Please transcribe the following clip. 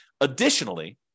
Additionally